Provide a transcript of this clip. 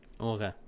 okay